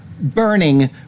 burning